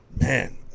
man